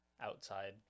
outside